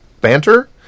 banter